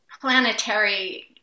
planetary